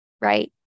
right